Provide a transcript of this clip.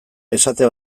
esate